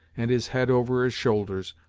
and his head over his shoulders,